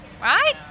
right